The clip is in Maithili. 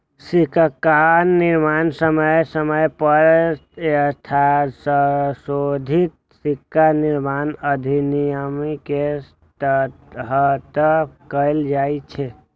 सिक्काक निर्माण समय समय पर यथासंशोधित सिक्का निर्माण अधिनियम के तहत कैल जाइ छै